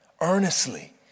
earnestly